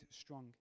strong